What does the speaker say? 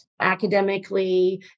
academically